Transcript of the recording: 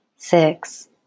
Six